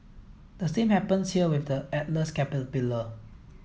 the same happens here with the Atlas caterpillar